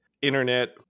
internet